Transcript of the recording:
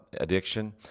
addiction